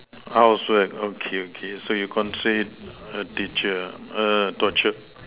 I also have okay okay so you consider teacher a torture